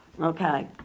Okay